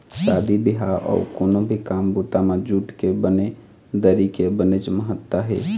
शादी बिहाव अउ कोनो भी काम बूता म जूट के बने दरी के बनेच महत्ता हे